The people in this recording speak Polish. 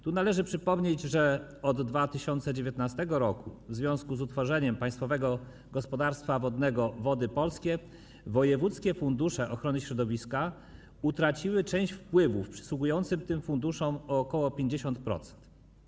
Tu należy przypomnieć, że od 2019 r. w związku z utworzeniem Państwowego Gospodarstwa Wodnego Wody Polskie wojewódzkie fundusze ochrony środowiska utraciły część wpływów przysługujących tym funduszom, ok. 50%.